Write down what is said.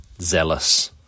zealous